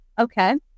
okay